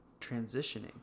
transitioning